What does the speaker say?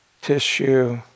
tissue